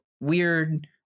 weird